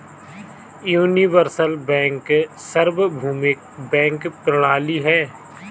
universal bank सार्वभौमिक bank प्रणाली है